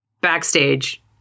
backstage